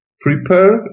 prepare